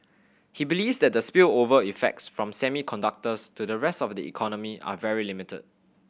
he believes that the spillover effects from semiconductors to the rest of the economy are very limited